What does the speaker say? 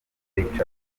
pictures